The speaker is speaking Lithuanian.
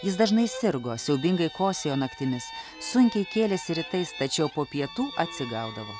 jis dažnai sirgo siaubingai kosėjo naktimis sunkiai kėlėsi rytais tačiau po pietų atsigaudavo